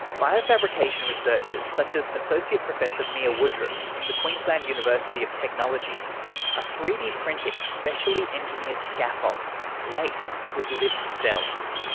biofabrication researchers such as associate professor mia woodruff from the queensland university of technology are ah three d printing specially engineered scaffolds laced with living cells.